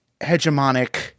hegemonic